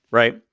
right